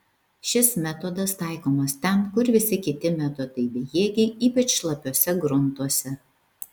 šis metodas taikomas ten kur visi kiti metodai bejėgiai ypač šlapiuose gruntuose